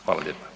Hvala lijepa.